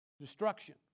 destruction